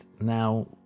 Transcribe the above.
now